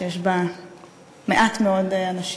שיש בה מעט מאוד אנשים,